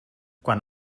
quan